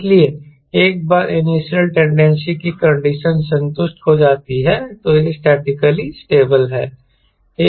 इसलिए एक बार इनिशियल टेंडेंसी की कंडीशन संतुष्ट हो जाती है तो यह स्टैटिकली स्टेबल है